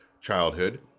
childhood